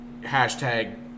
Hashtag